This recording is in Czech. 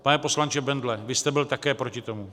Pane poslanče Bendle, vy jste byl také proti tomu.